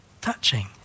touching